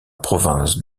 province